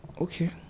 okay